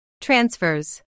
Transfers